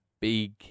big